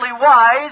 wise